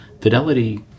Fidelity